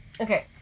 Okay